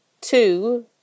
Two